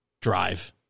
drive